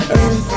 earth